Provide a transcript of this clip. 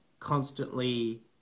constantly